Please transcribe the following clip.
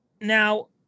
now